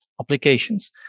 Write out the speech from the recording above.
applications